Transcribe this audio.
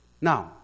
Now